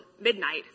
midnight